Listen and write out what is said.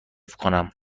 کنم